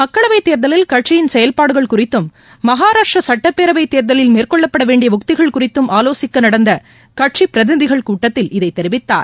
மக்களவைத் தேர்தலில் கட்சியின் செயல்பாடுகள் குறித்தும் மகராஷ்டிரா சட்டப்பேரவை தேர்தலில் மேற்கொள்ளப்பட வேண்டிய உத்திகள் குறித்தும் ஆலோசிக்க நடந்த கட்சிப் பிரதிநிதிகளின் கூட்டத்தில் இதை தெரிவித்தார்